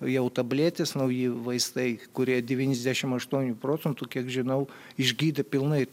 jau tabletės nauji vaistai kurie devyniasdešimt aštuonių procentų kiek žinau išgydo pilnai